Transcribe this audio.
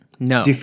No